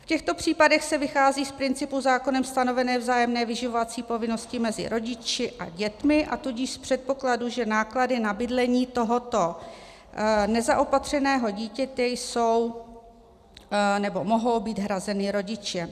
V těchto případech se vychází z principu zákonem stanovené vzájemné vyživovací povinnosti mezi rodiči a dětmi, a tudíž z předpokladu, že náklady na bydlení tohoto nezaopatřeného dítěte jsou, nebo mohou být hrazeny rodičem.